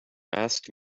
asked